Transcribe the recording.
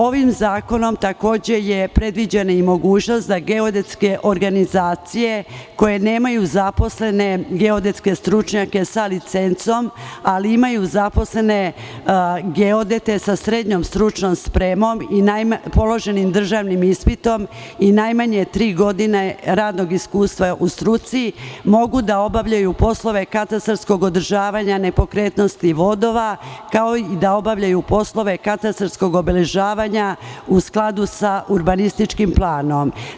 Ovim zakonom takođe je predviđena i mogućnost da geodetske organizacije, koje nemaju zaposlene geodetske stručnjake sa licencom, ali imaju zaposlene geodete sa srednjom stručnom spremom i položenim državnim ispitom i najmanje tri godine radnog iskustva u struci, mogu da obavljaju poslove katastarskog održavanja nepokretnosti vodova, kao i da obavljaju poslove katastarskog obeležavanja u skladu sa urbanističkim planom.